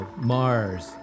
Mars